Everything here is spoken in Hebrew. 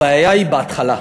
הבעיה היא בהתחלה.